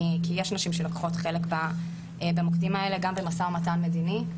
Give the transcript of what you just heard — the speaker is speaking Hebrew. כי יש נשים שלוקחות חלק במוקדים האלה גם במשא ומתן מדיני,